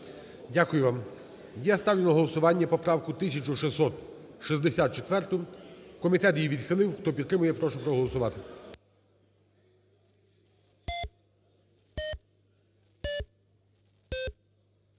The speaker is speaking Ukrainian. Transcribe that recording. Дякую вам. Я ставлю на голосування поправку 1664. Комітет її відхилив. Хто підтримує, прошу проголосувати.